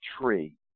tree